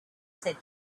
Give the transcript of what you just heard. said